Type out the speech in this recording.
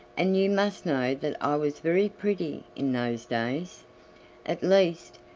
and you must know that i was very pretty in those days at least,